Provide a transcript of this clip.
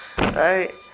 right